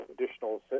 additional